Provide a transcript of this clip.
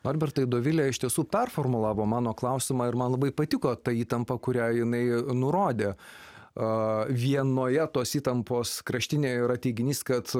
norbertai dovilė iš tiesų performulavo mano klausimą ir man labai patiko ta įtampa kurią jinai nurodė a vienoje tos įtampos kraštinėje yra teiginys kad